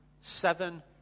seven